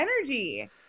energy